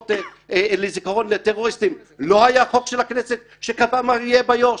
מצבות לזיכרון לטרוריסטים לא היה חוק של הכנסת שקבע מה יהיה באיו"ש?